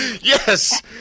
Yes